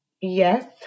yes